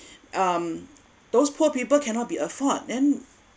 um those poor people cannot be afford then